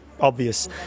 obvious